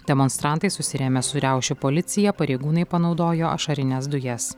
demonstrantai susirėmė su riaušių policija pareigūnai panaudojo ašarines dujas